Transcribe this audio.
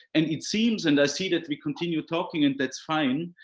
and it seems, and i see that we continue talking and that's fine.